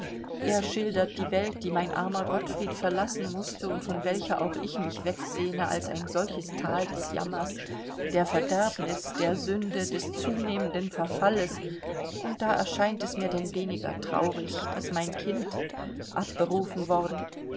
er schildert die welt die mein armer gottfried verlassen mußte und von welcher auch ich mich wegsehne als ein solches thal des jammers der verderbnis der sünde des zunehmenden verfalles und da erscheint es mir denn weniger traurig daß mein kind abberufen worden